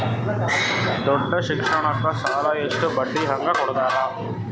ದೊಡ್ಡ ಶಿಕ್ಷಣಕ್ಕ ಸಾಲ ಎಷ್ಟ ಬಡ್ಡಿ ಹಂಗ ಕೊಡ್ತಾರ?